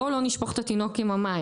בואו לא נשפוך את התינוק עם המים,